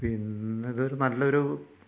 പിന്നെ ഇതൊരു നല്ലൊരു